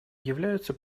являются